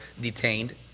detained